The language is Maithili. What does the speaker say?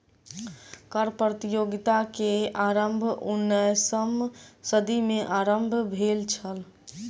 कर प्रतियोगिता के आरम्भ उन्नैसम सदी में आरम्भ भेल छल